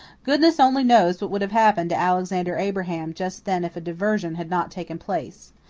goodness only knows what would have happened to alexander abraham just then if a diversion had not taken place.